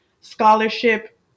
scholarship